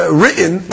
written